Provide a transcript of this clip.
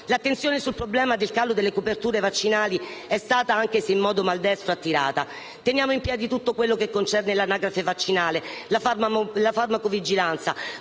L'attenzione sul problema del calo delle coperture vaccinali è stata, anche se in modo maldestro, attirata. Teniamo in piedi tutto quello che concerne l'Anagrafe vaccinale, la farmacovigilanza,